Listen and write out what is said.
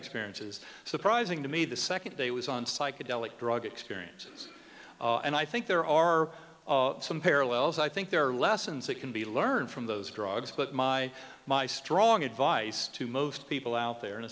experiences surprising to me the second day was on psychedelic drugs appearances and i think there are some parallels i think there are lessons that can be learned from those drugs but my my strong advice to most people out there and